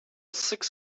six